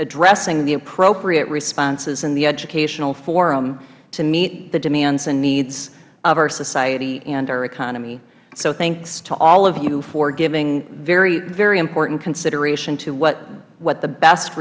addressing the appropriate responses in the educational forum to meet the demands and needs of our society and our economy so thanks to all of you for giving very important consideration to what the best